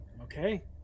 Okay